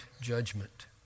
judgment